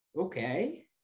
Okay